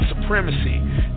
supremacy